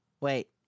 wait